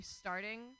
starting